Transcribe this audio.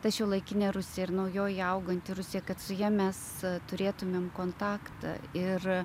ta šiuolaikinė rusija ir naujoji auganti rusija kad su ja mes turėtumėm kontaktą ir